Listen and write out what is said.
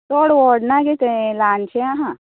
चड व्हड ना गे ते ल्हान शे आसा